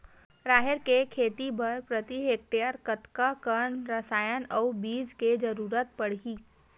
राहेर के खेती बर प्रति हेक्टेयर कतका कन रसायन अउ बीज के जरूरत पड़ही?